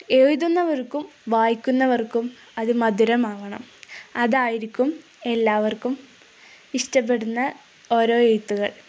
എഴുതുന്നവർക്കും വായിക്കുന്നവർക്കും അതു മധുരമാകണം അതായിരിക്കും എല്ലാവർക്കും ഇഷ്ടപ്പെടുന്ന ഓരോ എഴുത്തുകൾ